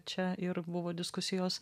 čia ir buvo diskusijos